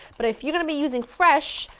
but if you're going to be using fresh,